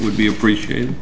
would be appreciated